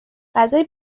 غذای